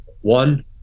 one